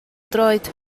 droed